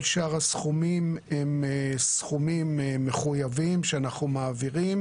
כל שאר הסכומים הם סכומים מחויבים שאנחנו מעבירים.